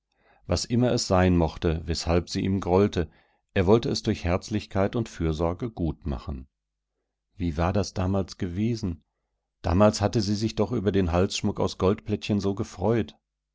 was immer es sein mochte weshalb sie ihm grollte er wollte es durch herzlichkeit und fürsorge gutmachen wie war das damals gewesen damals hatte sie sich doch über den halsschmuck aus goldplättchen so gefreut